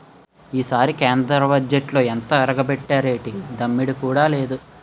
ఈసారి కేంద్ర బజ్జెట్లో ఎంతొరగబెట్టేరేటి దమ్మిడీ కూడా లేదు